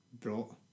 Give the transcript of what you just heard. brought